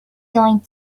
going